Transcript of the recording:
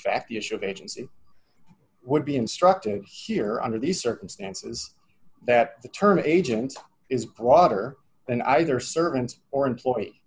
fact the issue of agency would be instructive here under these circumstances that the term agent is broader than either servants or employee